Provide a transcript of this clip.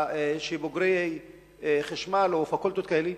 בוגרי הנדסת חשמל או פקולטות כאלה,